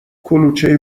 کلوچه